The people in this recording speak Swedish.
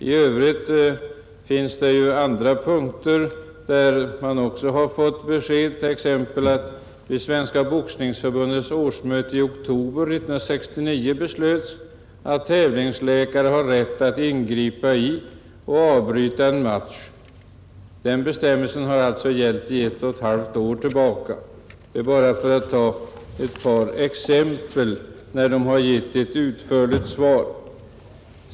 Det finns också andra punkter, där man har givit besked, t.ex. om att det vid Svenska boxningsförbundets årsmöte i oktober 1969 beslöts att tävlingsläkare har rätt att ingripa i och avbryta en match. Den bestämmelsen har alltså gällt sedan ett och ett halvt år tillbaka. Det är bara några exempel på fall där man har givit ett utförligt svar.